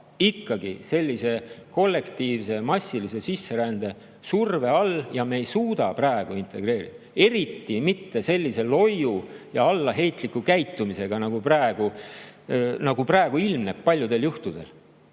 ikkagi sellise kollektiivse, massilise sisserände surve all, ja me ei suuda praegu integreerida. Eriti mitte sellise loiu ja allaheitliku käitumisega, nagu praegu ilmneb paljudel juhtudel.